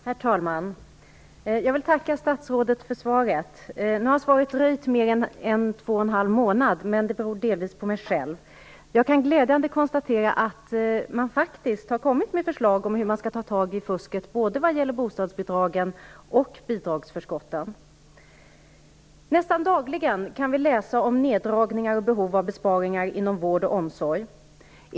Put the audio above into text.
Herr talman! Jag vill tacka statsrådet för svaret. Nu har svaret dröjt mer än två och en halv månad, men det beror delvis på mig själv. Jag kan glädjande konstatera att det faktiskt har kommit förslag om hur man skall ta tag i fusket när det gäller både bostadsbidragen och bidragsförskotten. Nästan dagligen kan vi läsa om neddragningar och behov av besparingar inom vård och omsorg.